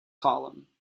column